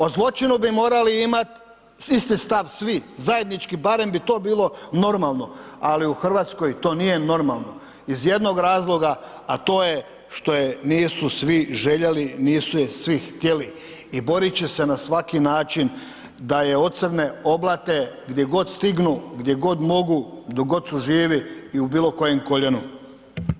O zločinu bi morali imat isti stav svi, zajednički, barem bi to bilo normalno, ali u RH to nije normalno iz jednog razloga, a to je što je nisu svi željeli, nisu je svi htjeli i borit će se na svaki način da je ocrne, oblate gdje god stignu, gdje god mogu, dok god su živi i u bilo kojem koljenu.